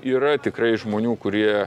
yra tikrai žmonių kurie